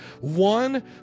One